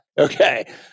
Okay